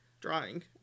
drawing